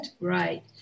right